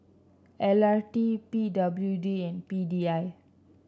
L T P W D and P D I